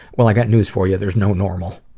well i got news for you, there's no normal.